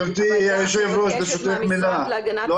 הוועדה מבקשת מהמשרד להגנת הסביבה ----- -לא